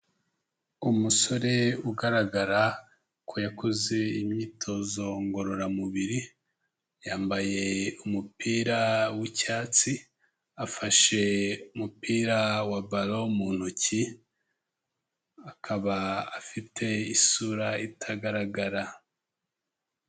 Umusore ugaragara ko yakoze imyitozo ngororamubiri, yambaye umupira w'icyatsi afashe umupira wa balo mu ntoki, akaba afite isura itagaragara.